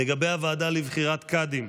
לגבי הוועדה לבחירת קאדים,